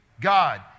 God